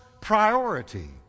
priority